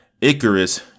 Icarus